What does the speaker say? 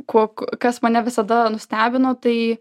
kuo kas mane visada nustebino tai